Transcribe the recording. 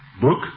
Book